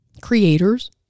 creators